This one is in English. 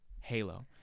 Halo